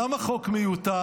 למה חוק מיותר?